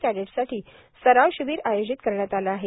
कॅडेट्साठी सराव शिबीर आयोजित करण्यात आले आहे